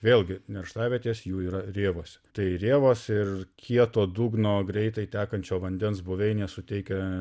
vėlgi nerštavietės jų yra rėvose tai rėvos ir kieto dugno greitai tekančio vandens buveinės suteikia